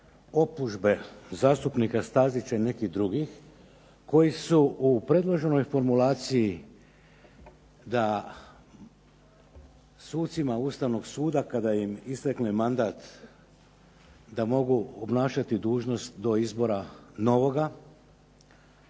optužbe zastupnika Stazića i nekih drugih koji su u predloženoj formulaciji da sucima Ustavnog suda kada im istekne mandat da mogu obnašati dužnost do izbora novoga